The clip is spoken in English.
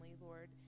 Lord